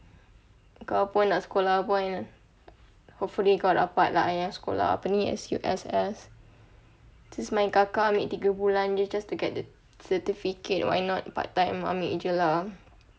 kau pun nak sekolah pun kan hopefully kau dapat lah eh sekolah apa ni S_U_S_S since my kakak ambil tiga bulan jer just to get the certificate why not part time ambil jer lah